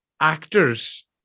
actors